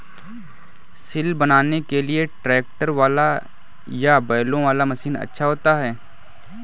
सिल बनाने के लिए ट्रैक्टर वाला या बैलों वाला मशीन अच्छा होता है?